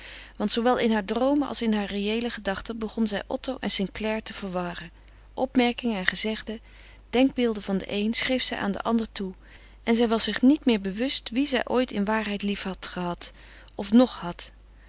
want zoowel in haar droomen als in hare reëele gedachten begon zij otto en st clare te verwarren opmerkingen en gezegden denkbeelden van den een schreef zij aan den ander toe en zij was zich niet meer bewust wien zij ooit in waarheid lief had gehad of nog had